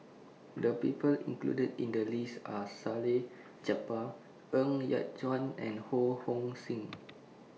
The People included in The list Are Salleh Japar Ng Yat Chuan and Ho Hong Sing